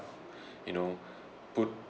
you know put